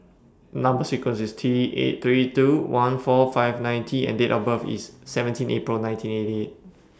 Number sequence IS T eight three two one four five nine T and Date of birth IS seventeen April nineteen eighty eight